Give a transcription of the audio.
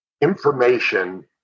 information